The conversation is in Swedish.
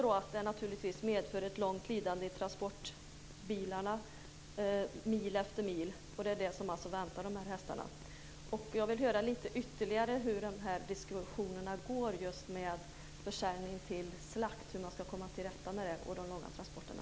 Det medför naturligtvis ett långt lidande i transportbilarna, mil efter mil. Det är vad som alltså väntar de här hästarna. Jag vill höra ytterligare hur diskussionerna går om försäljning till slakt och hur man ska komma till rätta med de långa transporterna.